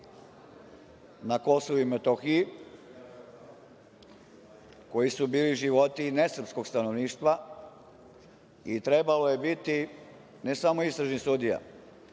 na Kosovu i Metohiji koji su bili životi i nesrpskog stanovništva i trebalo je biti, ne samo istražni sudija,